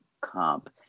comp